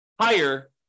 higher